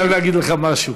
אני חייב להגיד לך משהו: